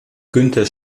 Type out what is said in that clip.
günter